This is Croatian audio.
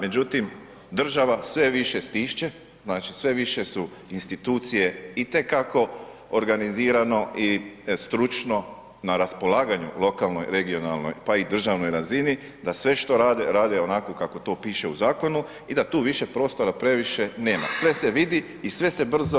Međutim, država sve više stišće, znači, sve više su institucije itekako organizirano i stručno na raspolaganju lokalnoj regionalnoj, pa i državnoj razini, da sve što rade, rade onako kako to piše u zakonu i da tu višak prostora previše nema, sve se vidi i sve se brzo danas nađe, nema skrivanja.